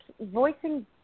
voicing